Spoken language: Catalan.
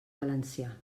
valencià